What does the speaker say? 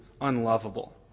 unlovable